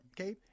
okay